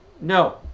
no